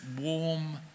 warm